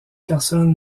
personne